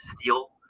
steal